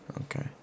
Okay